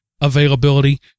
availability